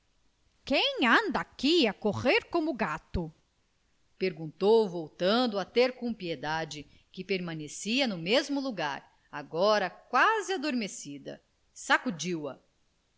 quem anda aqui a correr como gato perguntou voltando a ter com piedade que permanecia no mesmo lugar agora quase adormecida sacudiu-a